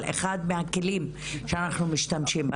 אבל אחד מהכלים שאנחנו משתמשים,